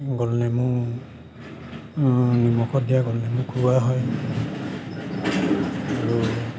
গোলনেমু নিমখত দিয়া গোলনেমু খুওৱা হয় আৰু